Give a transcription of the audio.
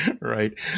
right